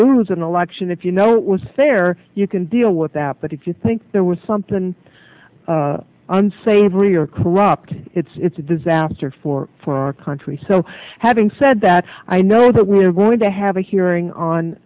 lose an election if you know it was fair you can deal with that but if you think there was something unsavory or corrupt it's a disaster for for our country so having said that i know that we're going to have a hearing on